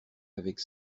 avec